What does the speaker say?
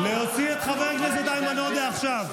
להוציא את חבר הכנסת איימן עודה עכשיו.